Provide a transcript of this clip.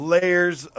Layers